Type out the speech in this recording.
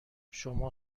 شما